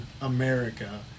America